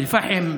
אום אל-פחם,